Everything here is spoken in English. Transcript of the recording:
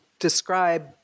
describe